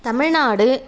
Tamil Nadu